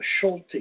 Schulte